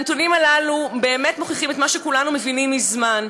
הנתונים הללו באמת מוכיחים את מה שכולנו מבינים מזמן,